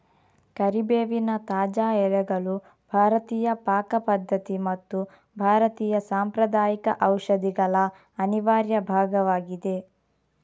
ಕರಿಬೇವಿನ ತಾಜಾ ಎಲೆಗಳು ಭಾರತೀಯ ಪಾಕ ಪದ್ಧತಿ ಮತ್ತು ಭಾರತೀಯ ಸಾಂಪ್ರದಾಯಿಕ ಔಷಧಿಗಳ ಅನಿವಾರ್ಯ ಭಾಗವಾಗಿದೆ